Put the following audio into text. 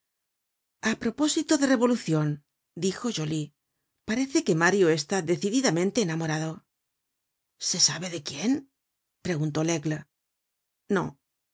a propósito de revolucion dijo joly parece que mario está decididamente enamorado se sabe de quién preguntó laigle no